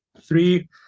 three